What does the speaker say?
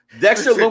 Dexter